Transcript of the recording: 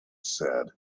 said